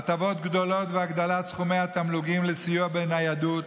הטבות גדולות והגדלת סכומי התמלוגים לסיוע בניידות